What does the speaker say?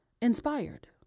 inspired